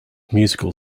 musical